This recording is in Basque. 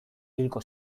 hilko